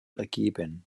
ergeben